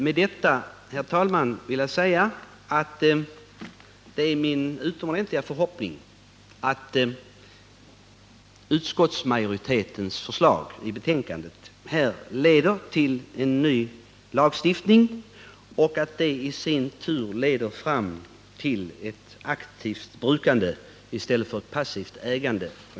Med detta, herr talman, skulle jag vilja säga att det är min utomordentliga förhoppning att utskottsmajoritetens förslag i betänkandet leder till en ny lagstiftning och att den i sin tur leder fram till ett aktivt brukande i stället för ett passivt ägande.